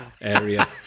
area